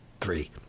three